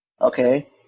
Okay